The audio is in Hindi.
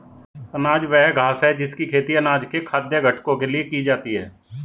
अनाज वह घास है जिसकी खेती अनाज के खाद्य घटकों के लिए की जाती है